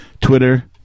Twitter